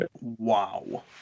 Wow